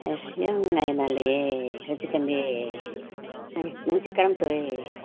ꯑꯁ ꯌꯥꯝ ꯅꯨꯡꯉꯥꯏꯅ ꯂꯩꯌꯦ ꯍꯦꯞꯄꯤ ꯁꯟꯗꯦ ꯑꯁ ꯅꯪꯁꯨ ꯀꯔꯝ ꯇꯧꯋꯦ